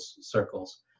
circles